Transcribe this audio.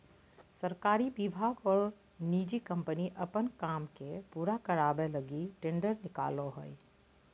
सरकारी विभाग और निजी कम्पनी अपन काम के पूरा करावे लगी टेंडर निकालो हइ